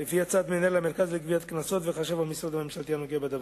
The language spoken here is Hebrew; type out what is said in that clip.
לפי הצעת מנהל המרכז לגביית קנסות וחשב המשרד הממשלתי הנוגע בדבר.